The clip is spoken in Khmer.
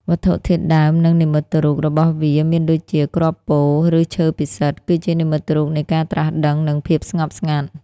វត្ថុធាតុដើម និងនិមិត្តរូបរបស់វាមានដូចជា គ្រាប់ពោធិ៍ ឬឈើពិសិដ្ឋ គឺជានិមិត្តរូបនៃការត្រាស់ដឹង និងភាពស្ងប់ស្ងាត់។